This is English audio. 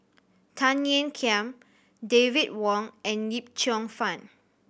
Tan Ean Kiam David Wong and Yip Cheong Fun